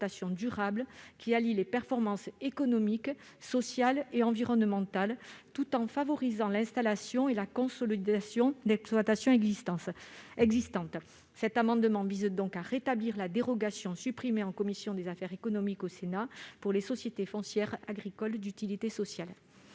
durables, qui allient les performances économiques, sociales et environnementales tout en favorisant l'installation et la consolidation d'exploitations existantes. Cet amendement vise donc à rétablir la dérogation supprimée en commission des affaires économiques pour les sociétés foncières agricoles d'utilité sociale.